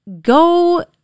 go